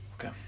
Okay